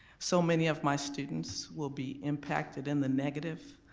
so many of my students will be impacted in the negative.